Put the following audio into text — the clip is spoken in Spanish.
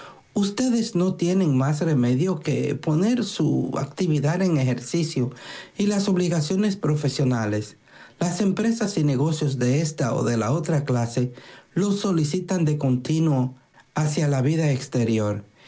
ustedes no tienen más remedio que poner su actividad en ejercicio y las obligaciones profesionales las empresas y negocios de ésta o de la otra clase los solicitan de continuo hacia la vida exterior